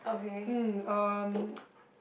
um um